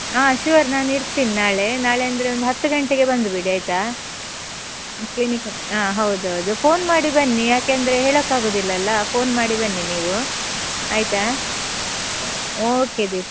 ಹಾಂ ಶ್ಯೋರ್ ನಾನಿರ್ತಿನಿ ನಾಳೆ ನಾಳೆ ಅಂದರೆ ಒಂದು ಹತ್ತು ಗಂಟೆಗೆ ಬಂದುಬಿಡಿ ಆಯಿತಾ ಕ್ಲಿನಿಕ್ ಹಾಂ ಹೌದೌದು ಫೋನ್ ಮಾಡಿ ಬನ್ನಿ ಯಾಕೆಂದರೆ ಹೇಳೋಕ್ಕಾಗೋದಿಲ್ಲಲ್ಲ ಫೋನ್ ಮಾಡಿ ಬನ್ನಿ ನೀವು ಆಯಿತಾ ಓಕೆ ದೀಪ್